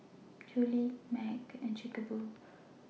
Julie's MAG and Chic A Boo